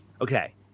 Okay